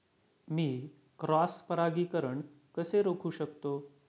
मी cross परागीकरण कसे रोखू शकतो?